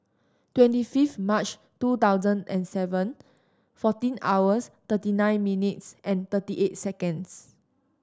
twenty fifth March two thousand and seven fourteen hours thirty nine minutes and thirty eight seconds